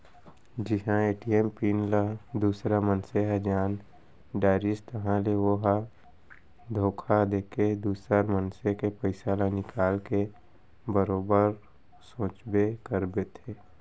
जिहां ATM pin ल दूसर मनसे ह जान डारिस ताहाँले ओ ह धोखा देके दुसर मनसे के पइसा ल निकाल के बरोबर सोचबे करथे